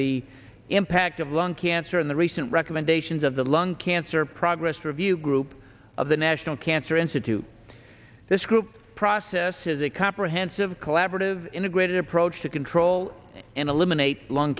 the impact of lung cancer in the recent recommendations of the lung cancer progress review group of the national cancer institute this group process has a comprehensive collaborative integrated approach to control and eliminate lung